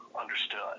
understood